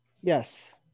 Yes